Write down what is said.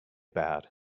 bad